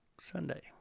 Sunday